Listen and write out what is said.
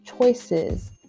choices